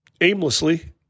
aimlessly